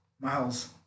Miles